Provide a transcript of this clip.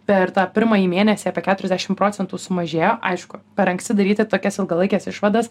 per tą pirmąjį mėnesį apie keturiasdešimt procentų sumažėjo aišku per anksti daryti tokias ilgalaikes išvadas